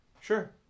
Sure